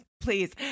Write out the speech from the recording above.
please